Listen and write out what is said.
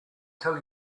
tell